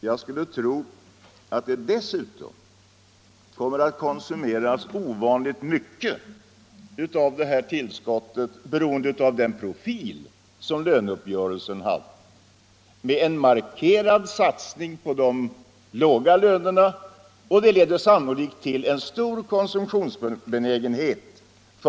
Jag skulle dessutom tro att ovanligt mycket av detta tillskott kommer att konsumeras beroende på den profil som löneuppgörelsen hade med en markerad satsning på de lågavlönade, vilket sannerligen leder till en stor konsumtionsbenägenhet.